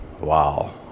wow